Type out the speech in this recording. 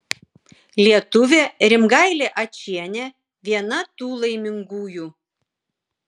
lietuvė rimgailė ačienė viena tų laimingųjų